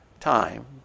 Time